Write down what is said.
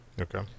Okay